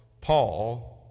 Paul